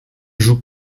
joue